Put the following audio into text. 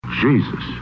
Jesus